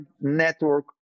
network